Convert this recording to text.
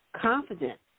confident